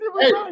Hey